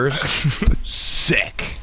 Sick